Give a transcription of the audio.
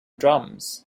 drums